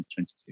2022